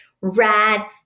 rad